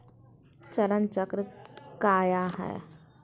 चरण चक्र काया है?